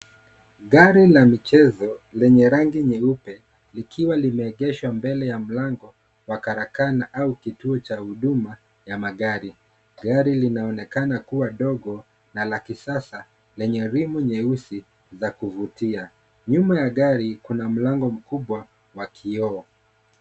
Gari la michezo lenye rangi nyeupe likiwa limeegeshwa mbele ya mlango wa karakana au kituo cha huduma ya magari. Gari linaonekana kuwa ndogo na la kisasa lenye rimu nyeusi la kuvutia. Nyuma ya gari kuna mlango mkubwa wa kioo.